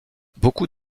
beaucoup